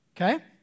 okay